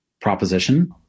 proposition